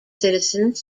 citizens